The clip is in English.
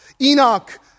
Enoch